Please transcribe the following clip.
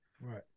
Right